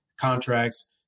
contracts